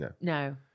No